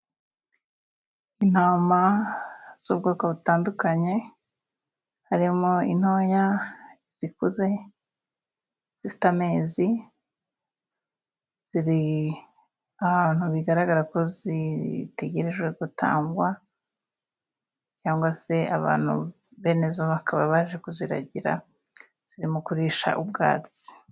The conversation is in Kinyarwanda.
Intama z'ubwoko butandukanye harimo intoya zikuze zifite amezi ziri ahantu bigaragara ko zitegerejwe gutangwa cyangwa se abantu bene zo bakaba baje kuziragira zirimo kuririsha ubwatsi.